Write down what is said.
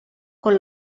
con